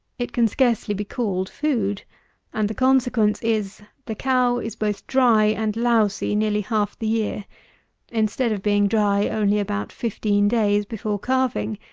it can scarcely be called food and the consequence is, the cow is both dry and lousy nearly half the year instead of being dry only about fifteen days before calving,